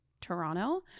Toronto